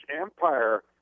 Empire